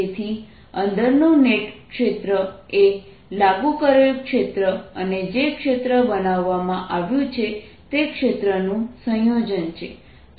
તેથી અંદરનું નેટ ક્ષેત્ર એ લાગુ કરેલ ક્ષેત્ર અને જે ક્ષેત્ર બનાવવામાં આવ્યું છે તે ક્ષેત્રનું સંયોજન છે